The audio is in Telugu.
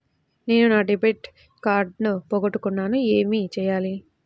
నేను నా డెబిట్ కార్డ్ పోగొట్టుకున్నాను ఏమి చేయాలి?